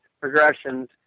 progressions